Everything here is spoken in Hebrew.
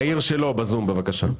יאיר שילה בזום, בבקשה.